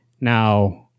now